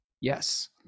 Yes